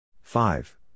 Five